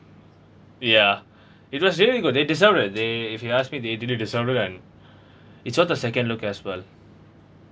ya it was really good they deserve it they if you ask me they it's worth a second look as well